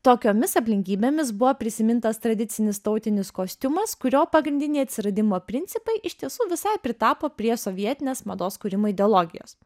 tokiomis aplinkybėmis buvo prisimintas tradicinis tautinis kostiumas kurio pagrindiniai atsiradimo principai iš tiesų visai pritapo prie sovietinės mados kūrimo ideologijos